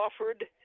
offered